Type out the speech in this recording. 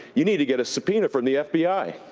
you need to get a subpoena from the fbi.